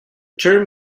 term